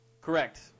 Correct